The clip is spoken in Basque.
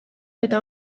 eta